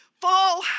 fall